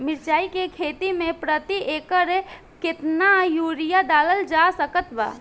मिरचाई के खेती मे प्रति एकड़ केतना यूरिया डालल जा सकत बा?